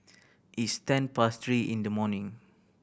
its ten past three in the morning